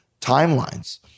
timelines